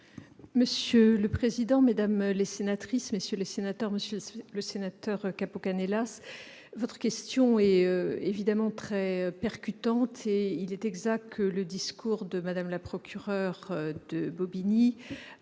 Monsieur le président, Mesdames laissez n'attriste, messieurs les sénateurs, Monsieur le Sénateur, Capo Canellas, votre question est évidemment très percutante et il est exact que le discours de Madame, la procureure de Bobigny